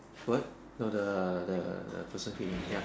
what no the the the person came in ya